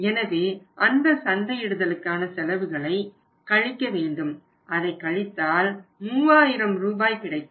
எனவே அந்த சந்தையிடுதலுக்கான செலவுகளை கழிக்கவேண்டும் அதை கழித்தால் 3000 ரூபாய் கிடைக்கும்